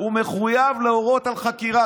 הוא מחויב להורות על חקירה.